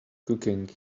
cooking